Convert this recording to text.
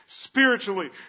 spiritually